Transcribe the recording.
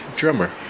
drummer